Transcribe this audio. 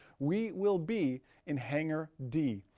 we will be in hangar d,